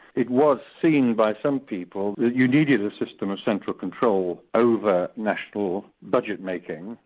it was seen by some people that you needed a system of central control over national budget making,